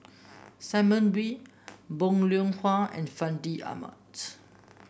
Simon Wee Bong Hiong Hwa and Fandi Ahmad